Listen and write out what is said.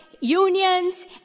unions